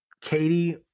Katie